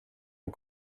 aux